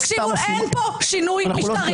תקשיבו, אין פה שינוי משטרי.